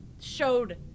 showed